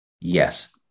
yes